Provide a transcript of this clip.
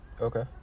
Okay